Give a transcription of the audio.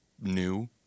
new